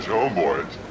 Homeboys